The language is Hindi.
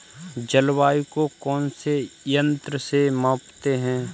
जलवायु को कौन से यंत्र से मापते हैं?